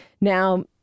Now